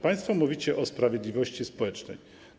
Państwo mówicie o sprawiedliwości społecznej.